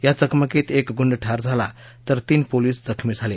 या चकमकीत एक गुंड ठार झाला तर तीन पोलीस जखमी झाले